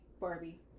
Barbie